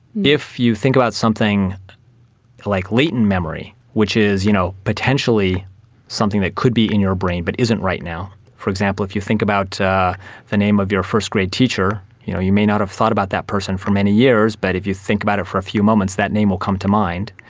if you think about something like latent memory, which is you know potentially something that could be in your brain but isn't right now, for example, if you think about the name of your first grade teacher, you know you may not have thought about that person for many years but if you think about it for a few moments that name will come to mind,